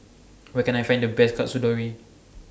Where Can I Find The Best Katsudon